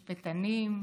משפטנים,